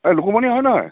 এই লুকুমণি হয় নহয়